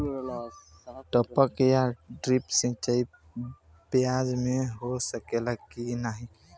टपक या ड्रिप सिंचाई प्याज में हो सकेला की नाही?